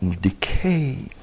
decay